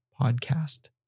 podcast